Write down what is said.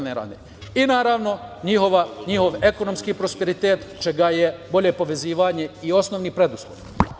Naravno, njihov ekonomski prosperitet, čega je bolje povezivanje i osnovni preduslov.